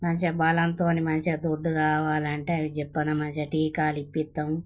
మంచిగా బలంతోని మంచిగా లడ్డుగా కావాలంటే అవి చెప్పానుగా మంచిగా టీకాలు విప్పిస్తాము